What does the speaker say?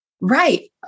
Right